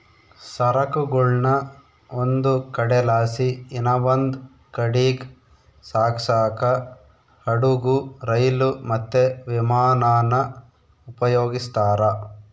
ಸರಕುಗುಳ್ನ ಒಂದು ಕಡೆಲಾಸಿ ಇನವಂದ್ ಕಡೀಗ್ ಸಾಗ್ಸಾಕ ಹಡುಗು, ರೈಲು, ಮತ್ತೆ ವಿಮಾನಾನ ಉಪಯೋಗಿಸ್ತಾರ